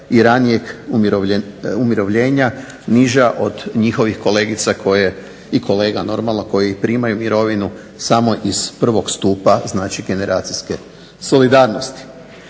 i ranijeg umirovljenja niža od njihovih kolegica i kolega naravno, koji primaju mirovinu samo iz prvog stupa, znači generacijske solidarnosti.